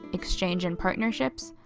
exchange in partnerships,